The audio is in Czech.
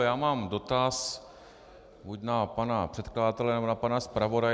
Já mám dotaz buď na pana předkladatele, nebo na pana zpravodaje.